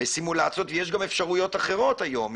סימולציות ויש גם אפשרויות אחרות היום,